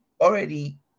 already